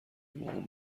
مامان